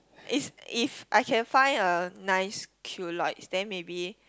is if I can find a nice then maybe